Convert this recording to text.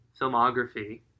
filmography